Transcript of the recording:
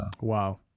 Wow